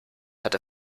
had